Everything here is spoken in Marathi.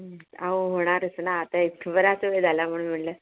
आहो होणारच ना आता एक बराच वेळ झाला म्हणून म्हणलं